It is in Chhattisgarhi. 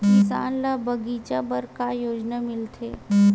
किसान ल बगीचा बर का योजना मिलथे?